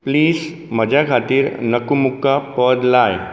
please म्हजे खातीर नकुमुक्का पद लाय